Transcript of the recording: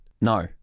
No